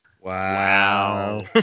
Wow